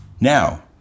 Now